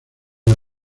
una